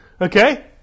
Okay